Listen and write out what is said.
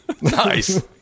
Nice